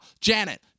Janet